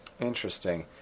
Interesting